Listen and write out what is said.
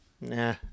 Nah